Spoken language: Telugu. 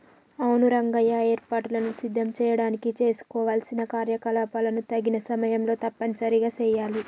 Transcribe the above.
అవును రంగయ్య ఏర్పాటులను సిద్ధం చేయడానికి చేసుకోవలసిన కార్యకలాపాలను తగిన సమయంలో తప్పనిసరిగా సెయాలి